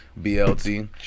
BLT